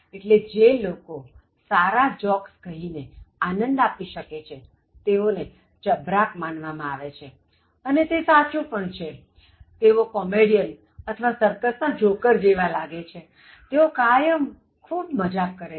એટલે જે લોકો સારા જોક્સ કહી ને આનંદ આપી શકે છેતેઓને ચબરાક માનવામાં આવે છે અને તે સાચું પણ છે તેઓ કોમેડિયન અથવા સર્કસ ના જોકર જેવા લાગે છે તેઓ કાયમ ખૂબ મજાક કરે છે